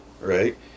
right